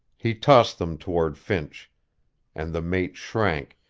he tossed them toward finch and the mate shrank,